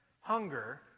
hunger